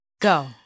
Go